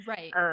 Right